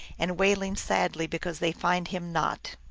and wailing sadly because they find him not.